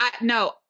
No